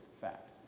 fact